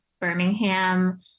Birmingham